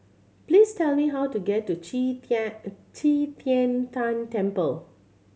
please tell me how to get to Qi Tian Qi Tian Tan Temple